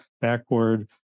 backward